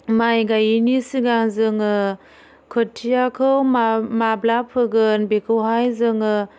माय गायैनि सिगां जोङो खोथियाखौ मा माब्ला फोगोन बेखौहाय जोङो